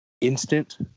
instant